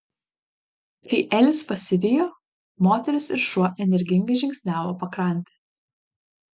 kai elis pasivijo moteris ir šuo energingai žingsniavo pakrante